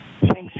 Thanks